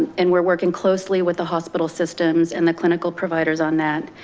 and we're working closely with the hospital systems and the clinical providers on that.